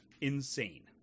insane